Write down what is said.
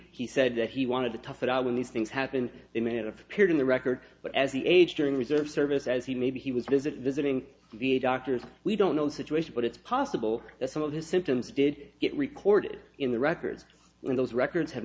he said that he wanted to tough it out when these things happened to him it appeared in the record but as the age during reserve service as he maybe he was visiting v a doctors we don't know the situation but it's possible that some of his symptoms did get recorded in the records when those records have